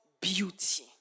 Beauty